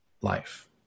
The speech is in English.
life